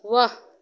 वाह